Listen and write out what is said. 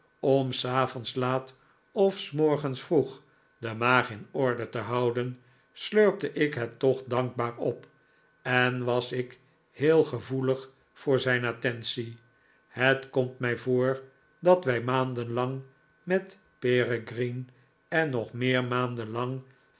orri s avonds laat of s morgens vroeg de maag in orde te houden slurpte ik het toch dankbaar op en was ik heel gevoelig voor zijn attentie het komt mij voor dat wij maanden lang met peregrine en nog meer maanden lang